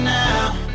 now